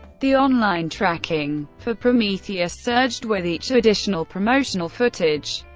the online tracking for prometheus surged with each additional promotional footage.